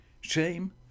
Shame